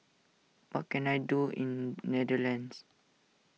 what can I do in Netherlands